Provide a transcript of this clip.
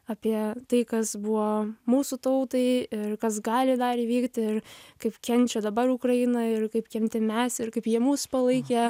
apie tai kas buvo mūsų tautai ir kas gali dar įvykti ir kaip kenčia dabar ukraina ir kaip kentėm mes ir kaip jie mus palaikė